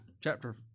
chapter